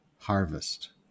harvest